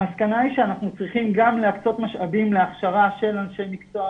המסקנה היא שאנחנו צריכים גם להקצות משאבים להכשרה של אנשי מקצוע,